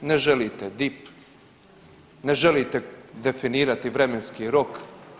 Ne želite DIP, ne želite definirati vremenski rok.